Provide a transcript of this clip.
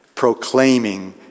proclaiming